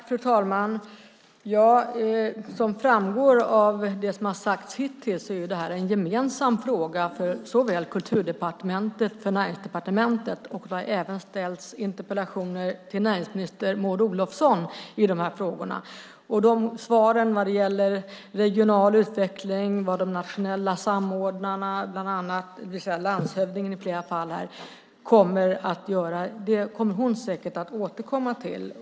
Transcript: Fru talman! Som framgår av det som har sagts hittills är det här en gemensam fråga för såväl Kulturdepartement som Näringsdepartementet. Det har även ställts interpellationer till näringsminister Maud Olofsson. Svaren vad gäller regional utveckling och vad de nationella samordnarna - i flera fall landshövdingen - kommer att göra kommer hon säkert att återkomma till.